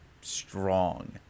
strong